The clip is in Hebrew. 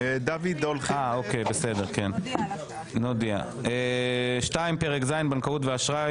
2. פרק ז' (בנקאות ואשראי),